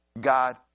god